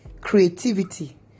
creativity